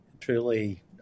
truly